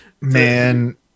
Man